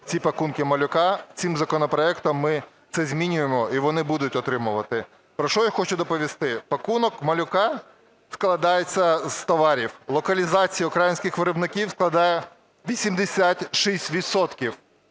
ці "пакунки малюка". Цим законопроектом ми це змінюємо, і вони будуть отримувати. Про що я хочу доповісти. "Пакунок малюка" складається з товарів. Локалізація українських виробників складає 86